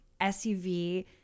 SUV